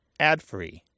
adfree